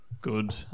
good